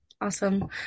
Awesome